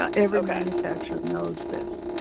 ah every manufacturer knows this.